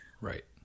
right